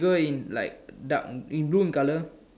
glow in like dark green blue colour